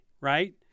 Right